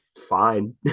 fine